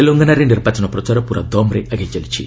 ତେଲଙ୍ଗାନାରେ ନିର୍ବାଚନ ପ୍ରଚାର ପୂରା ଦମ୍ରେ ଆଗେଇ ଚାଲିଛି